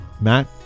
Matt